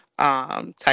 Type